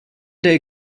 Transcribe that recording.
day